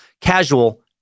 casual